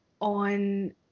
on